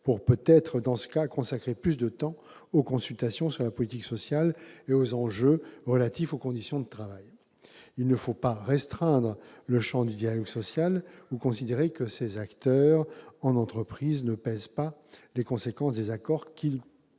pour consacrer dans ce cas, peut-être, plus de temps aux consultations sur la politique sociale et aux enjeux relatifs aux conditions de travail ? Il ne faut pas restreindre le champ du dialogue social ou considérer que ses acteurs en entreprise ne pèsent pas les conséquences des accords qu'ils